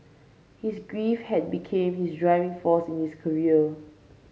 his grief had become his driving force in his career